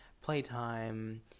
playtime